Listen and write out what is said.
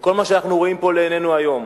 וכל מה שאנחנו רואים פה לנגד עינינו היום,